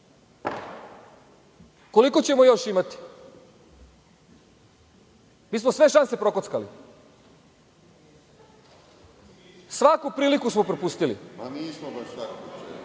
koliko ćemo još imati. Mi smo sve šanse prokockali. Svaku priliku smo propustili.